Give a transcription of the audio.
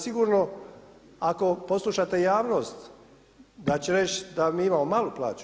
Sigurno ako poslušate javnost da će reći da mi imamo malu plaću.